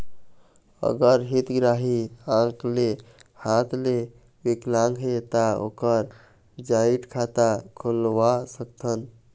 अगर हितग्राही आंख ले हाथ ले विकलांग हे ता ओकर जॉइंट खाता खुलवा सकथन?